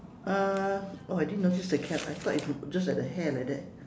uh oh I didn't notice the cap I thought it's just at the hair like that